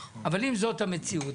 אבל אם זאת המציאות,